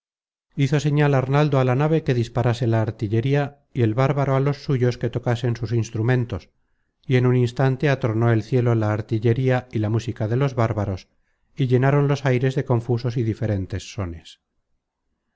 hizo señal arnaldo á la nave que disparase la artillería y el bárbaro á los suyos que tocasen sus instrumentos y en un instante atronó el cielo la artillería y la música de los bárbaros y llenaron los aires de confusos y diferentes sones